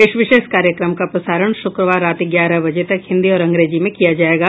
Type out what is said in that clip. इस विशेष कार्यक्रम का प्रसारण शुक्रवार रात ग्यारह बजे तक हिन्दी और अंग्रेजी में किया जायेगा